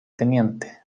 tte